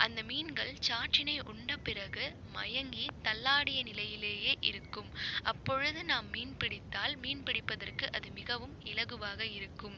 அந்த மீன்கள் சாற்றினை உண்ட பிறகு மயங்கி தள்ளாடிய நிலையிலேயே இருக்கும் அப்பொழுது நாம் மீன் பிடித்தால் மீன் பிடிப்பதற்கு அது மிகவும் இலகுவாக இருக்கும்